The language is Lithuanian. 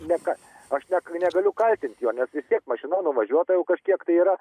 ne kas aš ne negaliu kaltint jo net vis tiek mašina nuvažiuota jau kažkiek tai yra